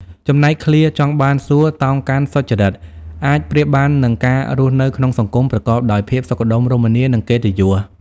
ចំណែកឃ្លា ចង់បានសួគ៌ តោងកាន់សុចរិត អាចប្រៀបបាននឹងការរស់នៅក្នុងសង្គមប្រកបដោយភាពសុខដុមរមនា និងកិត្តិយស។